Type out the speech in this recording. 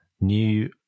new